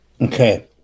okay